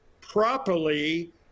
properly